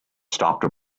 stopped